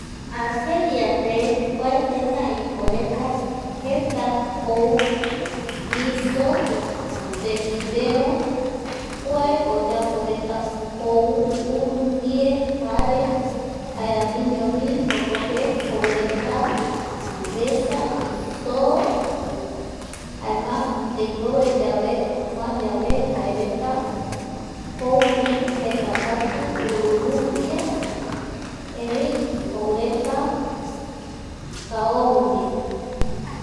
Argeliape kua teta iporetape jeta jou guiso de fideo kuae oyapo reta jou uru ndie jare jaeramiñovi jokope joureta vesa isoo jaema ndeimboveyave opua yave jereta jouvi jetakatu ururupia erei joureta kaovi ndie